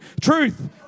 Truth